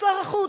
שר החוץ.